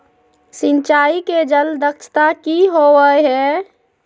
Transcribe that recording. सिंचाई के जल दक्षता कि होवय हैय?